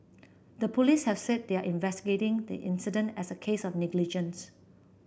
the police have said they are investigating the incident as a case of negligence